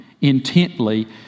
intently